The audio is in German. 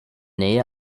nähe